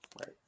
Right